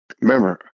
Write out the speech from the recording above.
Remember